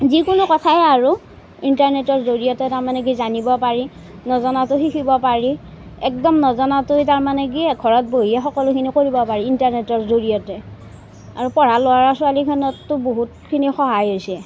যিকোনো কথাই আৰু ইণ্টাৰনেটৰ জৰিয়তে তাৰমানে জানিব পাৰি নজনাতো শিকিব পাৰি একদম নজনাটো তাৰমানে কি ঘৰত বহিয়ে সকলোখিনি কৰিব পাৰি ইণ্টাৰনেটৰ জৰিয়তে আৰু পঢ়া ল'ৰা ছোৱালীহঁতকতো বহুতখিনি সহায় হৈছে